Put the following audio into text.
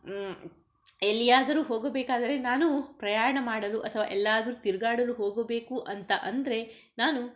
ಎಲ್ಲಿಯಾದರು ಹೋಗಬೇಕಾದರೆ ನಾನು ಪ್ರಯಾಣ ಮಾಡಲು ಅಥವಾ ಎಲ್ಲಾದರು ತಿರುಗಾಡಲು ಹೋಗಬೇಕು ಅಂತ ಅಂದರೆ ನಾನು